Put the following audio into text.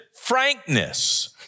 frankness